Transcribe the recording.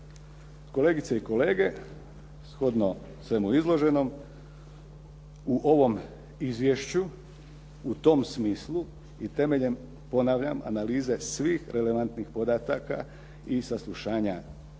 Kolegice i kolege, shodno svemu izloženom u ovom izvješću u tom smislu i temeljem, ponavljam, analize svih relevantnih podataka i saslušanja svjedoka,